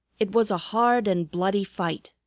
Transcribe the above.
it was a hard and bloody fight.